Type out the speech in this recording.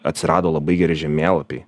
atsirado labai geri žemėlapiai